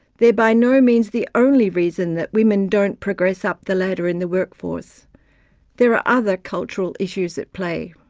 they are by no means the only reason that women don't progress up the ladder in the workforce there are other cultural issues at play.